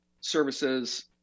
services